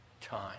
time